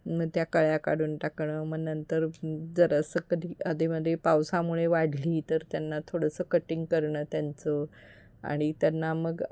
मग त्या कळ्या काढून टाकणं मग नंतर जरासं कधी अधेमध्ये पावसामुळे वाढली तर त्यांना थोडंसं कटिंग करणं त्यांचं आणि त्यांना मग